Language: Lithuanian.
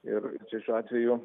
ir čia šiuo atveju